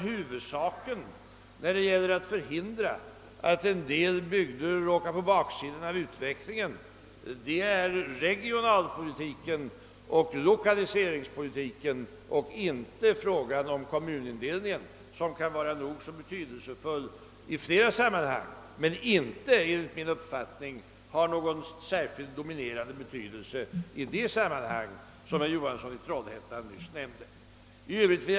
Huvudsaken när det gäller att förhindra att en del bygder hamnar på baksidan av utvecklingen är regionalpolitiken och lokaliseringspolitiken och inte frågan om kommunindelningen, som kan vara nog så betydelsefull i flera sammanhang men enligt min åsikt inte är särskilt dominerande i det sammanhang som herr Johansson i Trollhättan nyss nämnde.